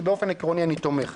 כי באופן עקרוני אני תומך.